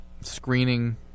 screening